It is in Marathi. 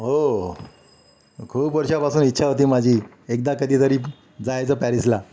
हो खूप वर्षापासून इच्छा होती माझी एकदा कधीतरी जायचं पॅरिसला